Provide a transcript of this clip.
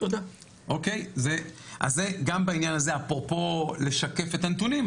זה גם בעניין הזה אפרופו לשקף את הנתונים.